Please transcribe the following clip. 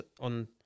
on